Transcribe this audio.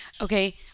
Okay